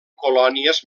colònies